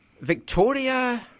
Victoria